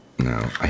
No